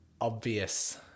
obvious